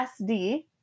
SD